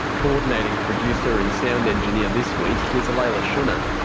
coordinating producer and sound engineer this week is leila shunnar,